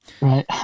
Right